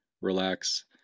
relax